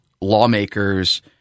lawmakers